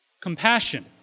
Compassion